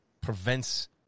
prevents